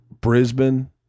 brisbane